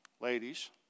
ladies